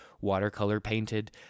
watercolor-painted